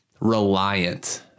reliant